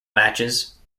matches